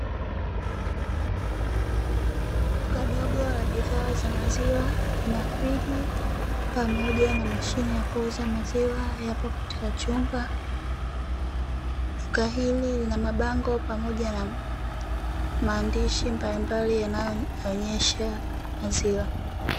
Duka dogo la biashara za maziwa, lina friji pamoja na mashine ya kuuza maziwa, yapo katika chupa. Duka hili lina mabango, pamoja na maandishi mabalimbali yanayoonyesha maziwa.